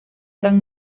gran